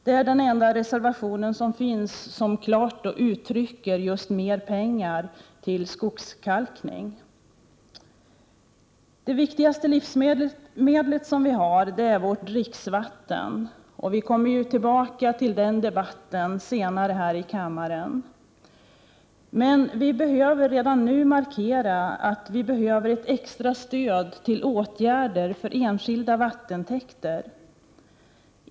Det är den enda reservation som klart uttrycker krav på mer pengar till skogskalkning. Det viktigaste livsmedel vi har är vårt dricksvatten. Vi återkommer till den debatten senare här i kammaren. Men vi behöver redan nu markera att vi behöver ett extra stöd till åtgärder för enskilda vattentäkter.